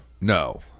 No